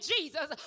Jesus